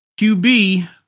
QB